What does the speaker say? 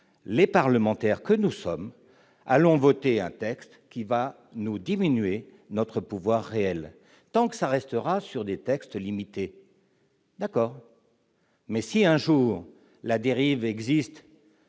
les parlementaires que nous sommes allons voter un texte qui va nous diminuer notre pouvoir réel tant que ça restera sur des textes limité d'accord. Mais si un jour la dérive existe